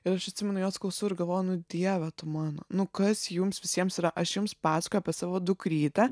ir aš atsimenu jos klausau ir galvoju nu dieve tu mano nukas jums visiems yra aš jums pasakoju apie savo dukrytę